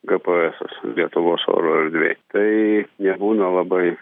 gps lietuvos oro erdvėj tai jie būna labai